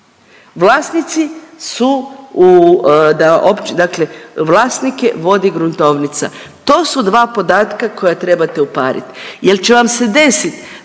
vlasnici su u, dakle vlasnike vodi gruntovnica, to su dva podatka koja trebate uparit jel će vam se desit